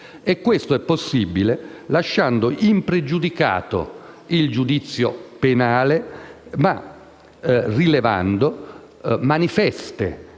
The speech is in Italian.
essere rimossa lasciando impregiudicato il giudizio penale, ma rilevando manifeste